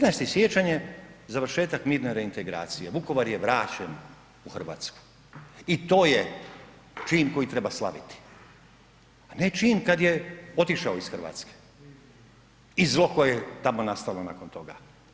15. siječanj je završetak mirne reintegracije Vukovar je vraćen u Hrvatsku i to je čin koji treba slaviti, a ne čin kad je otišao iz Hrvatske i zlo koje je tamo nastalo nakon toga.